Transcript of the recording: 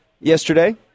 yesterday